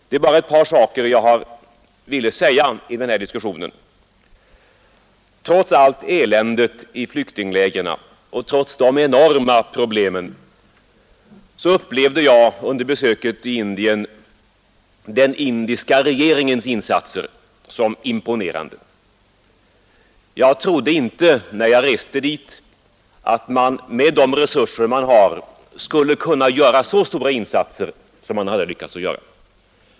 Det är bara ett par saker jag ville säga i den här diskussionen. Trots allt elände i flyktinglägren och trots de enorma problemen upplevde jag under besöket i Indien den indiska regeringens insatser som imponerande, Jag trodde inte, när jag reste dit, att man med de resurser man har skulle kunna göra så stora insatser som man hade lyckats göra.